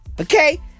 Okay